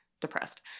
depressed